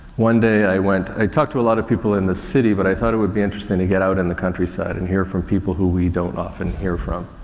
one day i went, i talked to a lot of people in the city, but i thought it would be interesting to get out in the countryside and hear from people who we don't often hear from.